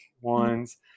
ones